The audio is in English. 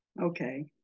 Okay